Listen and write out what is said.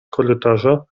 korytarza